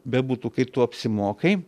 bebūtų kaip tu apsimokai